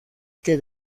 que